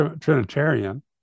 trinitarian